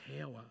power